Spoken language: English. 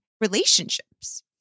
relationships